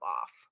off